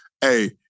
hey